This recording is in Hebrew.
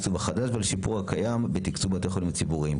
התקצוב החדש ועל השיפור הקיים בתקצוב בתי החולים הציבוריים.